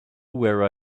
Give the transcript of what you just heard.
where